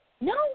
No